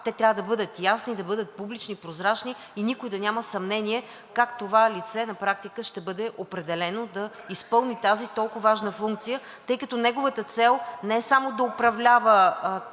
Те трябва да бъдат ясни, да бъдат публични, прозрачни и никой да няма съмнение как това лице на практика ще бъде определено да изпълни тази толкова важна функция, тъй като неговата цел не е само да управлява